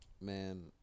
Man